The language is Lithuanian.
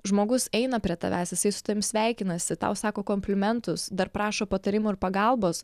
žmogus eina prie tavęs jisai su tavim sveikinasi tau sako komplimentus dar prašo patarimų ir pagalbos